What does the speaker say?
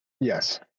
Yes